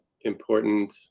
important